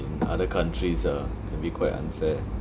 other countries ah can be quite unfair